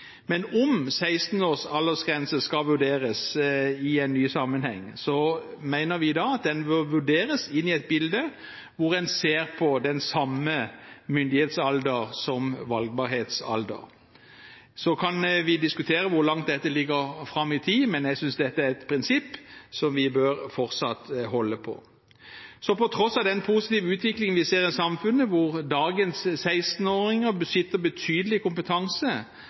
Men om 16-års aldersgrense skal vurderes i en ny sammenheng, mener vi da at den må vurderes inn i et bilde hvor en ser på den samme myndighetsalder og valgbarhetsalder. Så kan vi diskutere hvor langt dette ligger fram i tid, men jeg synes dette er et prinsipp som vi fortsatt bør holde på. Så på tross av den positive utviklingen vi ser i samfunnet, hvor dagens 16-åringer besitter betydelig kompetanse,